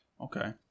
Okay